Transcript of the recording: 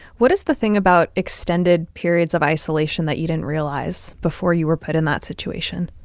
what is the thing about extended periods of isolation that you didn't realize before you were put in that situation?